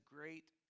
great